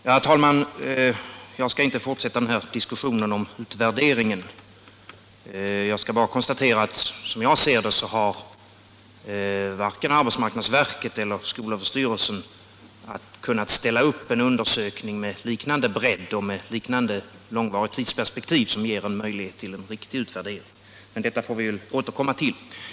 Herr talman! Jag skall inte fortsätta diskussionen om utvärderingen. Jag skall bara konstatera att som jag ser det så har varken arbetsmarknadsverket eller skolöverstyrelsen kunnat genomföra en undersökning med liknande bredd och liknande långvarigt tidsperspektiv som ger möjlighet till en riktig utvärdering. Men detta får vi väl återkomma till.